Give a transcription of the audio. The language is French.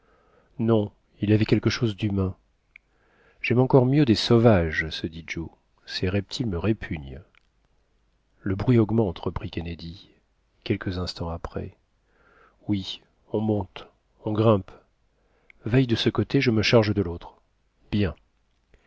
non il avait quelque chose d'humain jaime encore mieux des sauvages se dit joe ces reptiles me répugnent le bruit augmente reprit kennedy quelques instants après oui on monte on grimpe veille de ce côté je me charge de l'autre bien